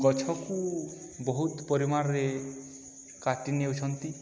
ଗଛକୁ ବହୁତ ପରିମାଣରେ କାଟି ନେଉଛନ୍ତି